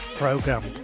program